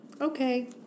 Okay